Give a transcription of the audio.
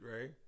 right